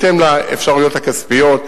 בהתאם לאפשרויות הכספיות,